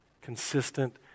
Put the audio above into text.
Consistent